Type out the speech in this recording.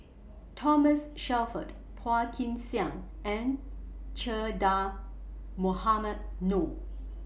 Thomas Shelford Phua Kin Siang and Che Dah Mohamed Noor